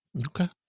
okay